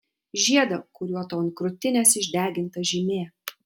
žiedą kuriuo tau ant krūtinės išdeginta žymė